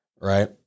right